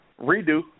redo